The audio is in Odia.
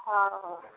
ହଉ ହଉ